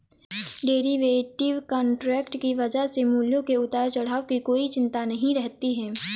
derivative contract की वजह से मूल्यों के उतार चढ़ाव की कोई चिंता नहीं रहती है